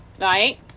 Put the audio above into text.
right